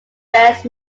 best